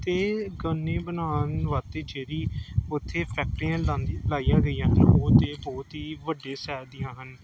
ਅਤੇ ਗੰਨੇ ਬਣਾਉਣ ਵਾਸਤੇ ਜਿਹੜੀ ਉੱਥੇ ਫੈਕਟਰੀਆਂ ਲਾਦੀ ਲਾਈਆਂ ਗਈਆਂ ਨੇ ਉਹ ਤਾਂ ਬਹੁਤ ਹੀ ਵੱਡੇ ਸੈਜ ਦੀਆਂ ਹਨ